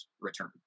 return